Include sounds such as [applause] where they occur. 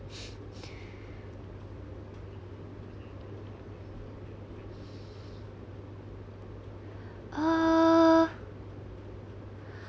[breath] err